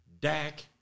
Dak